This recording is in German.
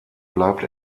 bleibt